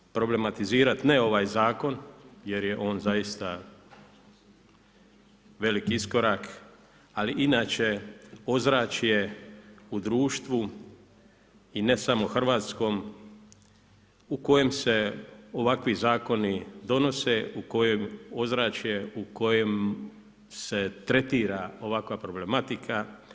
No, imam potrebu problematizirati, ne ovaj zakon, jer je on zaista, veliki iskorak, ali inače, ozračje u društvu i ne samo hrvatskom, u kojem se ovakvi zakoni donose u kojem ozračje u kojem se tretira ovakva problematika.